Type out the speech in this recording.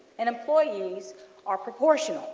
and employees are proportion.